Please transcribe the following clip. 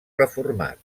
reformat